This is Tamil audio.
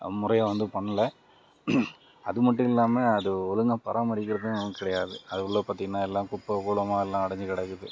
முறையாக வந்து பண்ணல அது மட்டும் இல்லாமல் அது ஒழுங்காக பராமரிக்கிறதும் கிடையாது அது உள்ளே பார்த்திங்கன்னா எல்லாம் குப்பைக்கூளமா எல்லாம் அடைஞ்சி கிடக்குது